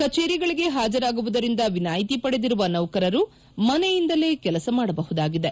ಕಚೇರಿಗಳಿಗೆ ಪಾಜರಾಗುವುದರಿಂದ ವಿನಾಯಿತಿ ಪಡೆದಿರುವ ನೌಕರು ಮನೆಯಿಂದಲೇ ಕೆಲಸ ಮಾಡಬಹುದಾಗಿದೆ